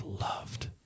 loved